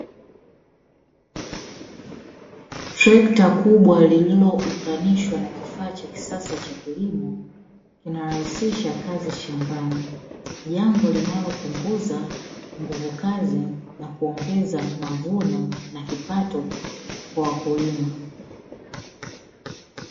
Trekta kubwa lililounganishwa na kifaa cha kisasa cha kilimo, kinarahisisha kazi shambani. Jambo linalopunguza nguvu kazi na kuongeza mavuno na kipato kwa wakulima.